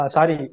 Sorry